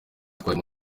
atwaye